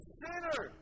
sinner